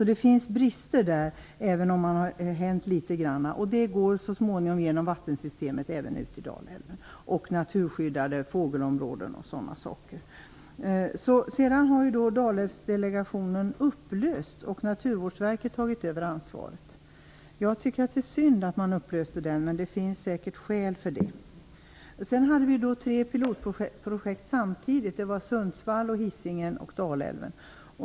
Det finns brister där, även om det har hänt litet grand. Föroreningarna går så småningom genom vattensystemet ut i Dalälven och hamnar i naturskyddade fågelområden m.m. Nu har ju Dalälvsdelegationen upplösts, och Naturvårdsverket har tagit över ansvaret. Jag tycker att det är synd att den upplöstes, men det finns säkert skäl för det. Vi hade ju tre pilotprojekt som pågick samtidigt. Det var Sundsvall, Hisingen och Dalälven.